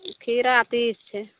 खीरा तीस छै